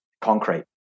concrete